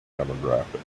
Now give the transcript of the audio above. demographic